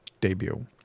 debut